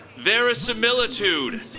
Verisimilitude